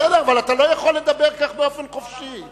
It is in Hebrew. בסדר, אבל אתה לא יכול לדבר כך באופן חופשי.